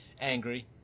angry